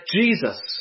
Jesus